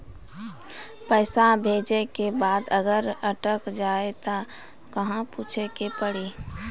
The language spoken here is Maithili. पैसा भेजै के बाद अगर अटक जाए ता कहां पूछे के पड़ी?